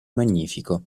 magnifico